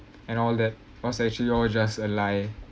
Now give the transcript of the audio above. and all that was actually all just a lie